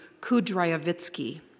Kudryavitsky